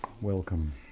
Welcome